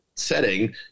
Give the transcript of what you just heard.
Setting